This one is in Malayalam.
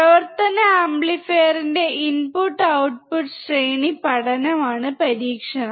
പ്രവർത്തന ആംപ്ലിഫയറിന്റെ ഇൻപുട്ട്ഔട്ട്പുട്ട് ശ്രേണി പഠനം ആണ് പരീക്ഷണം